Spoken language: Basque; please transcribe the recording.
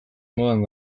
modan